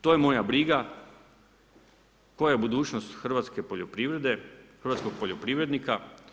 To je moja briga koja je budućnost hrvatske poljoprivrede, hrvatskog poljoprivrednika.